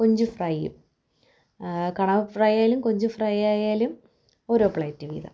കൊഞ്ചു ഫ്രൈയും കണവഫ്രൈയായാലും കൊഞ്ചുഫ്രൈയായാലും ഓരോ പ്ലേറ്റ് വീതം